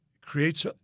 creates